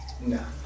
No